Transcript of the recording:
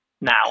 Now